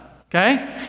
okay